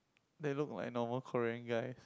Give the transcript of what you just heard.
they look like a normal Korean guy